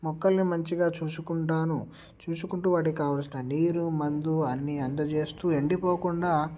మొక్కల్ని మంచిగా చూసుకుంటాను చూసుకుంటు వాటికి కావాల్సిన నీరు మందు అన్నీ అందచేస్తు ఎండిపోకుండా